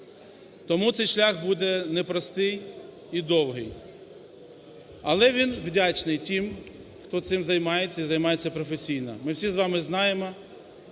тому цей шлях буде непростий і довгий. Але він вдячний тим, хто цим займається і займається професійно. Ми всі з вами знаємо,